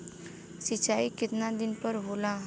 सिंचाई केतना दिन पर होला?